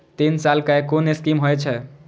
तीन साल कै कुन स्कीम होय छै?